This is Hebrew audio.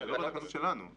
מה